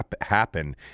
happen